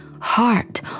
heart